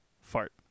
fart